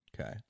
okay